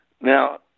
Now